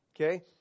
okay